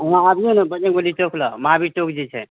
अहाँ आबिऔ ने बजरङ्ग बली चौक लग महावीर चौक जे छै